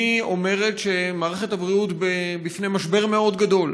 היא אומרת שמערכת הבריאות ניצבת בפני משבר מאוד גדול,